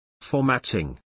Formatting